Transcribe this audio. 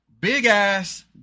big-ass